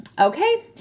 Okay